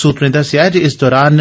सूत्रें दस्सेआ जे इस दरान